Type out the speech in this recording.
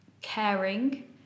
caring